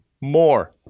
more